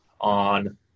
on